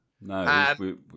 No